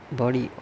body